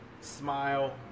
smile